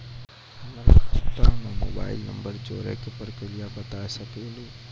हमर खाता हम्मे मोबाइल नंबर जोड़े के प्रक्रिया बता सकें लू?